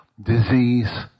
disease